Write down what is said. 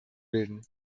bilden